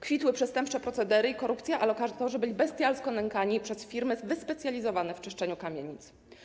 Kwitły przestępcze procedery i korupcja, a lokatorzy byli bestialsko nękani przez firmy wyspecjalizowane w czyszczeniu kamienic.